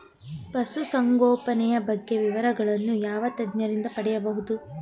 ಪಶುಸಂಗೋಪನೆಯ ಬಗ್ಗೆ ವಿವರಗಳನ್ನು ಯಾವ ತಜ್ಞರಿಂದ ಪಡೆಯಬಹುದು?